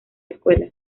escuela